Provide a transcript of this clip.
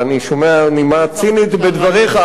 אני שומע נימה צינית בדבריך,